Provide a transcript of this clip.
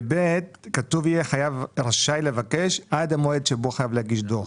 ב-(ב) כתוב יהיה רשאי לבקש עד המועד שבו חייב להגיש דוח.